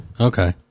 Okay